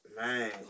Man